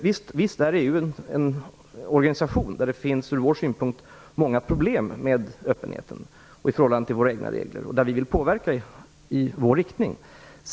Visst är EU en organisation där det ur vår synpunkt och i förhållande till våra egna regler finns många problem med öppenheten, och vi vill utöva påverkan i vår riktning.